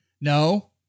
No